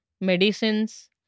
medicines